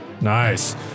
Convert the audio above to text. Nice